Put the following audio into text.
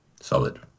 Solid